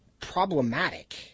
problematic